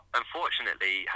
unfortunately